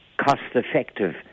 cost-effective